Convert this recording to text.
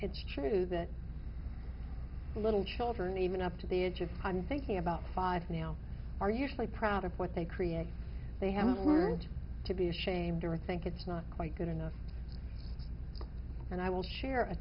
it's true that little children even up to the age of i'm thinking about five now are usually proud of what they create they haven't learned to be ashamed or think it's not quite good enough and i will share